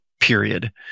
Period